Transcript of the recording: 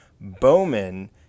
Bowman